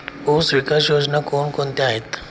ऊसविकास योजना कोण कोणत्या आहेत?